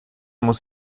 muss